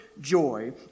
joy